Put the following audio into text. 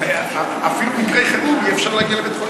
אפילו מקרי חירום, אי-אפשר להגיע לבית-החולים.